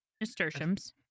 nasturtiums